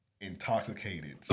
intoxicated